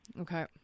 Okay